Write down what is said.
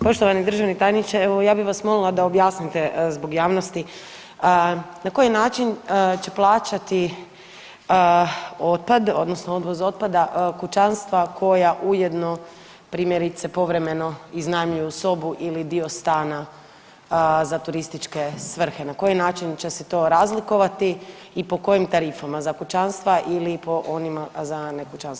Poštovani državni tajniče, evo ja bih vas molila da objasnite zbog javnosti na koji način će plaćati otpad odnosno odvoz otpada kućanstva koja ujedno primjerice povremeno iznajmljuju sobu ili dio stana za turističke svrhe, na koji način će se to razlikovati i po kojim tarifama, za kućanstva ili po onima za nekućanstva?